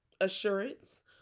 assurance